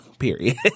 period